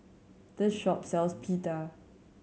this shop sells Pita